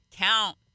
count